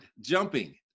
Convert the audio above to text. Jumping